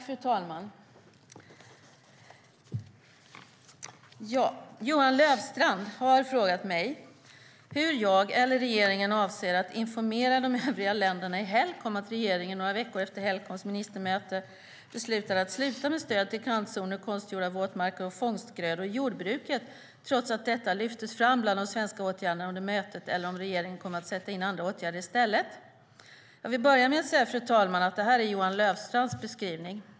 Fru talman! Johan Löfstrand har frågat mig hur jag eller regeringen avser att informera de övriga länderna i Helcom om att regeringen några veckor efter Helcoms ministermöte beslutade att sluta med stöd till kantzoner, konstgjorda våtmarker och fångstgrödor i jordbruket, trots att detta lyftes fram bland de svenska åtgärderna under mötet, eller om regeringen kommer att sätta in andra åtgärder i stället. Jag vill börja med att säga, fru talman, att det här är Johan Löfstrands beskrivning.